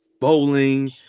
bowling